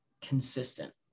consistent